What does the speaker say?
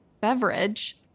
beverage